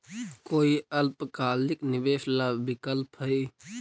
कोई अल्पकालिक निवेश ला विकल्प हई?